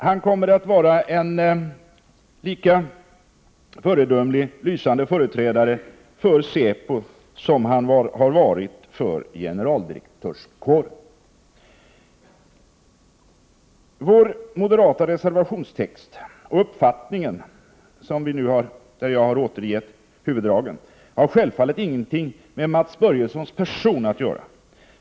Han kommer att vara en lika föredömlig och lysande företrädare för säpo som han har varit för generaldirektörskåren. Vår reservationstext och vår uppfattning — jag har här återgivit huvuddragen — har självfallet ingenting med Mats Börjessons person att göra.